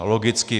Logicky.